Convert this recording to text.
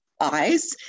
eyes